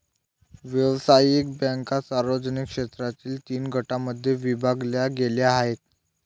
व्यावसायिक बँका सार्वजनिक क्षेत्रातील तीन गटांमध्ये विभागल्या गेल्या आहेत